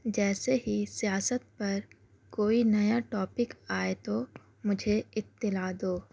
جیسے ہی سیاست پر کوئی نیا ٹاپک آئے تو مجھے اطلاع دو